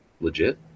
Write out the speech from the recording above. legit